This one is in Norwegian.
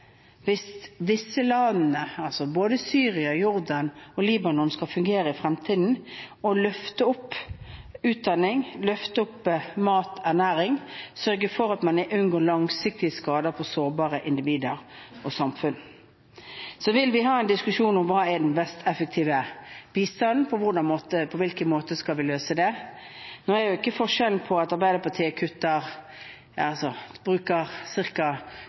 både Syria, Jordan og Libanon skal fungere i fremtiden – å løfte opp utdanning, løfte opp mat/ernæring og sørge for at man unngår langsiktige skader på sårbare individer og samfunn. Så vil vi ha en diskusjon om hva som er den mest effektive bistanden, om på hvilken måte vi skal løse det. Nå er ikke forskjellen på at Arbeiderpartiet